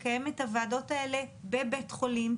לקיים את הוועדות האלה בבית חולים.